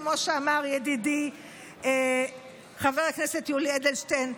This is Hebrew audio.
כמו שאמר ידידי חבר הכנסת יולי אדלשטיין,